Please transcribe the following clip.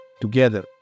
together